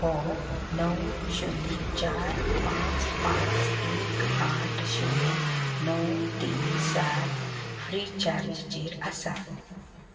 हो णव शुन्य चार पांच पांच एक आ शुन्य णव तीन सात फ्रीचार्जचेर आसा